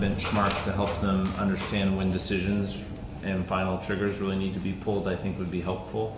benchmark to help them understand when decisions and file triggers really need to be pulled i think would be hopeful